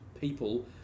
people